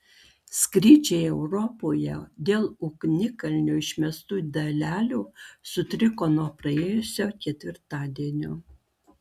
skrydžiai europoje dėl ugnikalnio išmestų dalelių sutriko nuo praėjusio ketvirtadienio